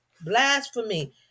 blasphemy